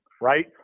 right